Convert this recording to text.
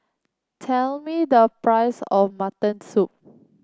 tell me the price of Mutton Soup